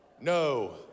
no